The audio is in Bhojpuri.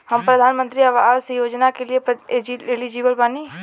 हम प्रधानमंत्री आवास योजना के लिए एलिजिबल बनी?